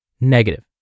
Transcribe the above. Negative